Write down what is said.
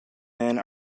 men